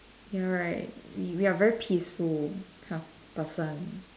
ya right we we are very peaceful kind of person